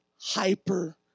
hyper